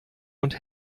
und